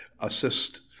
assist